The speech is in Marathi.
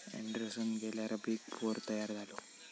एंडरसन गेल्यार बिग फोर तयार झालो